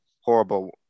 horrible